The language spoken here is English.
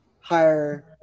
higher